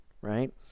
right